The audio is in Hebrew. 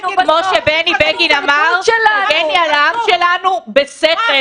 כמו שבני בגין אמר, תגני על העם שלנו בשכל.